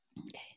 Okay